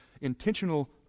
intentional